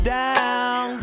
down